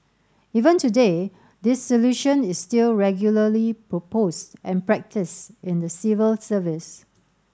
even today this solution is still regularly proposed and practised in the civil service